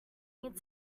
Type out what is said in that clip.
need